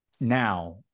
now